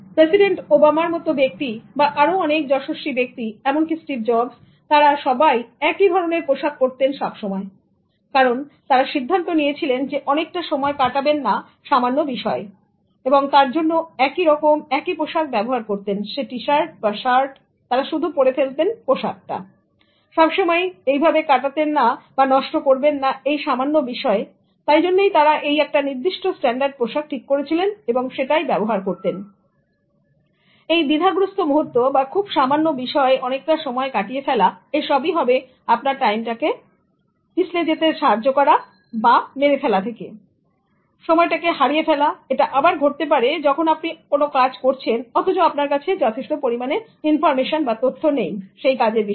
president ওবামার মত ব্যক্তি বা আরো অনেক যশস্বী ব্যক্তি এমনকি স্টিভ জবস তারা সবাই একই ধরনের পোশাক পরতেন সবসময় কারণ তারা সিদ্ধান্ত নিয়েছিলেন অনেকটা সময় কাটাবেন না সামান্য বিষয়ে এবং তার জন্য একই রকম একই পোশাক ব্যবহার করতেন সে টি শার্ট বা র্শাট তারা শুধু পরে ফেলতেন পোশাক সুতরাং তারা সময় কখনই এইভাবে কাটাতেন না বা নষ্ট করবেন না এই সামান্য বিষয়ে সুতরাং তারা একটা নির্দিষ্ট স্ট্যান্ডার্ড পোশাক ঠিক করেছিলেন এবং সব সময় সেটা ব্যবহার করতেন সুতরাং এই দ্বিধাগ্রস্থ মুহূর্ত বা খুব সামান্য বিষয় অনেকটা সময় কাটানো এসবই হবে আপনার টাইমটাকে মেরে ফেলা সময়টাকে হারিয়ে ফেলা এটা আবার ঘটতে পারে যখন আপনি কোন কাজ করছেন অথচ আপনার কাছে যথেষ্ট পরিমাণে ইনফরমেশন বা তথ্য নেই সেই কাজের বিষয়